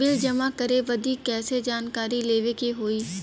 Bill जमा करे बदी कैसे जानकारी लेवे के होई?